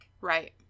Right